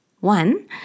One